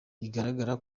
igaragara